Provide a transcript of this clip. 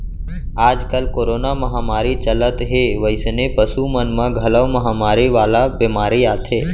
आजकाल कोरोना महामारी चलत हे वइसने पसु मन म घलौ महामारी वाला बेमारी आथे